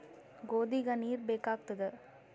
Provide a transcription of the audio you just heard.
ಗೋಧಿಗ ನೀರ್ ಬೇಕಾಗತದ?